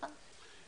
נכון.